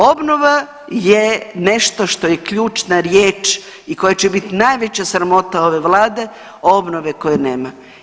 Obnova je nešto što je ključna riječ i koja će biti najveća sramota ove vlade, obnove koje nema.